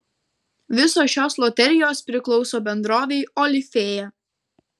visos šios loterijos priklauso bendrovei olifėja